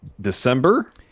December